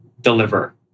deliver